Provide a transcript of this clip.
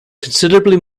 considerably